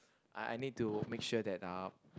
I I need to make sure that uh